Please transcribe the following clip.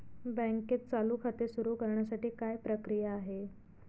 बँकेत चालू खाते सुरु करण्यासाठी काय प्रक्रिया आहे?